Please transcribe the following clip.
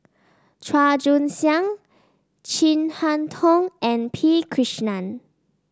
Chua Joon Siang Chin Harn Tong and P Krishnan